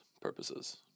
purposes